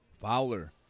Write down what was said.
Fowler